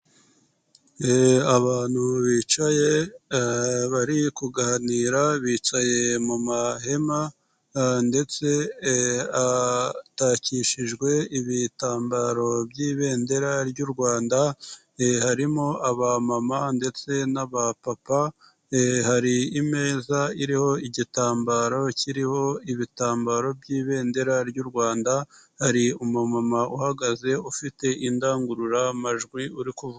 Abantu bicaye bari kuganira bicaye mu mahema ndetse atakishijwe ibitambaro by'ibendera ry'u Rwanda, harimo abamama ndetse n'abapapa, hari imeza iriho igitambaro kiriho ibitambaro by'ibendera ry'u Rwanda, hari umumama uhagaze ufite indangururamajwi uri kuvuga.